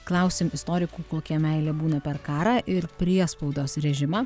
klausim istorikų kokia meilė būna per karą ir priespaudos režimą